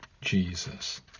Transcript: Jesus